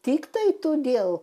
tiktai todėl